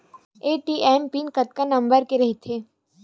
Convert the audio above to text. ATM pin कतका number के रही थे?